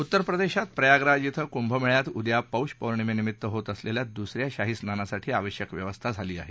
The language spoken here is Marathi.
उत्तरप्रदेशात प्रयागराज बें कुंभमेळ्यात उद्या पौष पौर्णिमेनिमित्त होत असलेल्या दुस या शाही स्नानासाठी आवश्यक व्यवस्था केली आहे